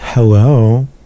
hello